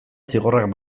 zigorrak